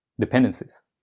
dependencies